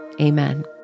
amen